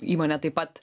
įmonė taip pat